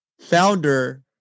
founder